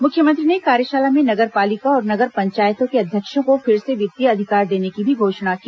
मुख्यमंत्री ने कार्यशाला में नगर पालिका और नगर पंचायतों के अध्यक्षों को फिर से वित्तीय अधिकार देने की भी घोषणा की